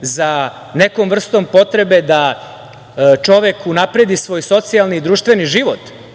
za nekom vrstom potrebe da čovek unapredi svoj socijalni, društveni život,